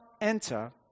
enter